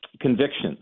convictions